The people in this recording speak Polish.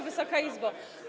Wysoka Izbo!